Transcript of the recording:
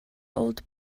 old